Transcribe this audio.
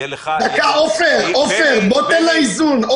עפר שלח, תן פה איזון.